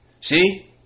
See